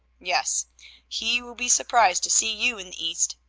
yes he will be surprised to see you in the east.